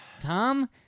tom